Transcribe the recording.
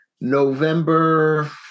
november